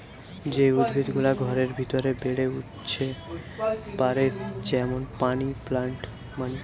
যে উদ্ভিদ গুলা ঘরের ভিতরে বেড়ে উঠতে পারে যেমন মানি প্লান্ট